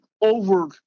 over